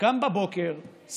שקם בבוקר,